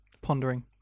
pondering